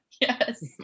yes